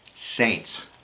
saints